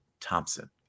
Thompson